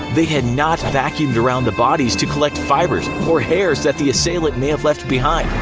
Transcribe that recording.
they had not vacuumed around the bodies to collect fibers or hairs that the assailant may have left behind.